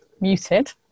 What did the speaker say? muted